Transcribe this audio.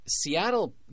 Seattle